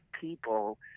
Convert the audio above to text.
people